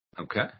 Okay